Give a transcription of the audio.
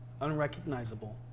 unrecognizable